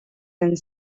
and